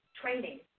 training